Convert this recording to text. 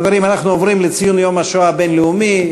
חברים, אנחנו עוברים לציון יום השואה הבין-לאומי.